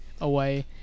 away